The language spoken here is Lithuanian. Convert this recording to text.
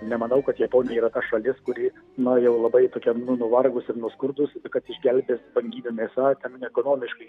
nemanau kad japonija yra ta šalis kuri na jau labai tokia nu nuvargusi ir nuskurdusi kad išgelbės banginių mėsa ten ekonomiškai